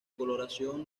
coloración